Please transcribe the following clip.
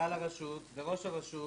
מנכ"ל הרשות וראש הרשות